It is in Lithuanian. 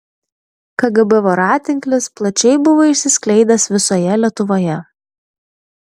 kgb voratinklis plačiai buvo išsiskleidęs visoje lietuvoje